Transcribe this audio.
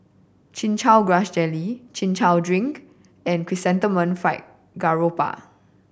Chin Chow Grass Jelly Chin Chow drink and Chrysanthemum Fried Garoupa